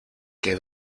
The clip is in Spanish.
que